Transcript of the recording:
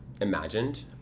imagined